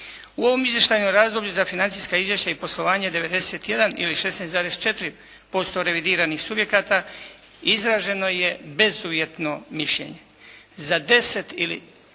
U ovom izvještajnom razdoblju za financijska izvješća i poslovanje 91 ili 16,4% revidiranih subjekata izraženo je bezuvjetno mišljenje. Za 10 ili